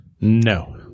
no